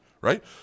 right